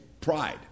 Pride